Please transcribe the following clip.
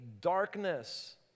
darkness